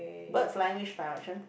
bird flying which direction